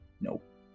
Nope